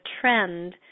trend